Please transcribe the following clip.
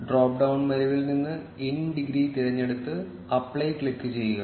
drop down മെനുവിൽ നിന്ന് in degree തിരഞ്ഞെടുത്ത് അപ്ലൈ ക്ലിക്കുചെയ്യുക